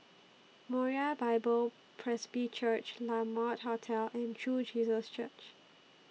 Moriah Bible Presby Church La Mode Hotel and True Jesus Church